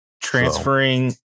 transferring